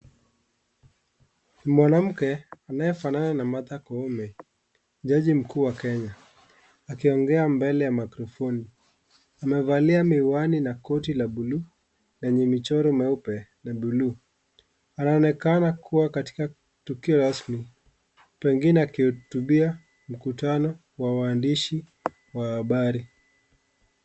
Mwanamke anayefanana na Martha Koome jaji mkuu wa Kenya akiongea mbele ya microphone amevalia miwani na koti la bluu lenye michoro mieupe na bluu anaonekana kuwa katika tukio rasmi pengine akihutubia mkutano wa waandishi wa habari.